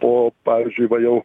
o pavyzdžiui va jau